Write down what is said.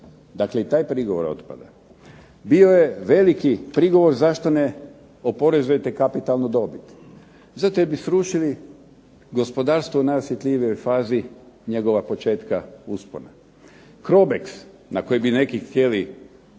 Dakle, i taj prigovor otpada. Bio je veliki prigovor zašto ne oporezujete kapitalnu dobit. Sutra bi srušili gospodarstvo u najosjetljivijoj fazi njegova početka uspona. Crobex na koji bi neki htjeli